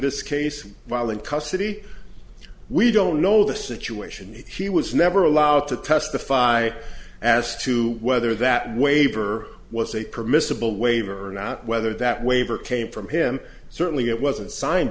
this case while in custody we don't know the situation he was never allowed to testify as to whether that waiver was a permissible waiver or not whether that waiver came from him certainly it wasn't signed